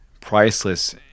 priceless